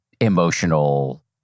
emotional